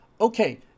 Okay